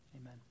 Amen